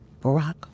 Barack